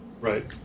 Right